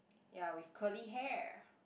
ya with curly hair